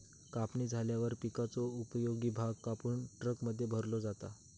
कापणी झाल्यावर पिकाचो उपयोगी भाग कापून ट्रकमध्ये भरलो जाता